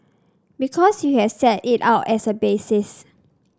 because you have set it out as a basis